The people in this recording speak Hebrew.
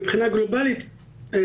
טובה מבחינת הסיבה הליברלית של זכויות